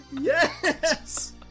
Yes